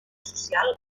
social